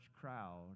crowd